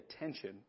attention